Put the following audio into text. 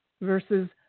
versus